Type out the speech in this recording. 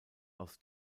aus